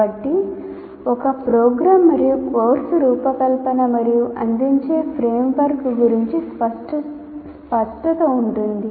కాబట్టి ఒక ప్రోగ్రామ్ మరియు కోర్సు రూపకల్పన మరియు అందించే ఫ్రేమ్వర్క్ గురించి స్పష్టత ఉంటుంది